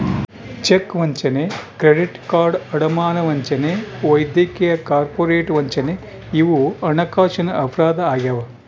check ವಂಚನೆ credit card ಅಡಮಾನ ವಂಚನೆ ವೈದ್ಯಕೀಯ ಕಾರ್ಪೊರೇಟ್ ವಂಚನೆ ಇವು ಹಣಕಾಸಿನ ಅಪರಾಧ ಆಗ್ಯಾವ